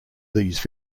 these